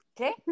okay